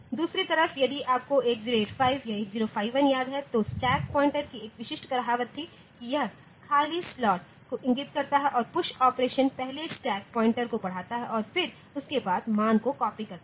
दूसरी तरफ यदि आपको 8085 या 8051 याद है तो स्टैक पॉइंटर की एक विशिष्ट कहावत है कि यह खाली स्लॉट को इंगित करता है और पुश ऑपरेशन पहले स्टैक पॉइंटर को बढ़ाता है और फिर उसके बाद मान को कॉपी करता है